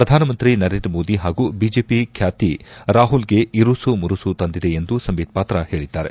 ಪ್ರಧಾನಮಂತ್ರಿ ನರೇಂದ್ರ ಮೋದಿ ಹಾಗೂ ಬಿಜೆಪಿ ಖ್ಯಾತಿ ರಾಹುಲ್ ಗೆ ಇರುಸುಮುರುಸು ತಂದಿದೆ ಎಂದು ಸಂಬಿತ್ ಪಾತ್ರ ಹೇಳಿದ್ದಾರೆ